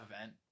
event